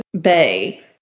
bay